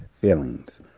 Feelings